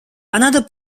another